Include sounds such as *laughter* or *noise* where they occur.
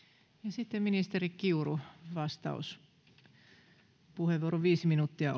sitten ministeri kiuru vastauspuheenvuoro viisi minuuttia *unintelligible*